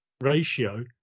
ratio